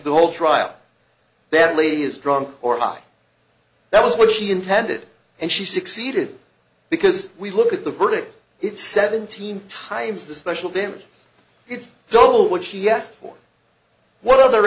the whole trial that lady is drunk or high that was what she intended and she succeeded because we look at the verdict it's seventeen times the special damages it's double what she asked for what other